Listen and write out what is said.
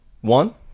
one